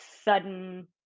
sudden